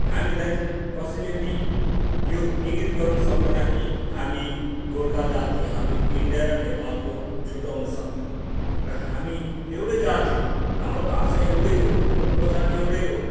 हामीलाई कसैले पनि यो इङ्गित गर्नु सक्दैन कि हामी गोर्खा जाति हाम्रो इन्डिया र नेपालको छुट्ट्याउनु सक्दैन र हामी एउटै जाति हो हाम्रो भाषा एउटै हो हाम्रो पोसाक एउटै हो